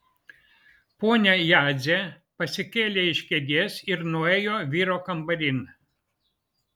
ponia jadzė pasikėlė iš kėdės ir nuėjo vyro kambarin